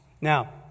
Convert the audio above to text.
Now